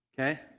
okay